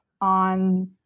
on